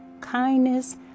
kindness